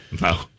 No